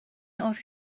order